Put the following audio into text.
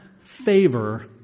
favor